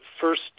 first